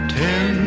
ten